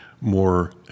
more